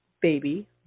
baby